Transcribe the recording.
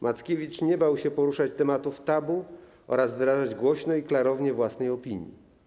Mackiewicz nie bał się poruszać tematów tabu oraz wyrażać głośno i klarownie własnej opinii.